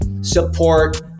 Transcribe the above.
support